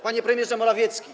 Panie Premierze Morawiecki!